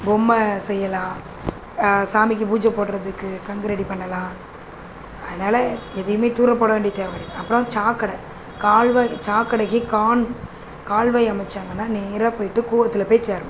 பொம்மை செய்யலாம் சாமிக்கு பூஜை போடுறதுக்கு கங்கு ரெடி பண்ணலாம் அதனால் எதையுமே தூர போட வேண்டிய தேவை கிடையாது அப்புறம் சாக்கடை கால்வாய் சாக்கடைக்கு கான் கால்வாய் அமைச்சாங்கன்னா நேராக போயிட்டு கூவத்தில் போய் சேரும்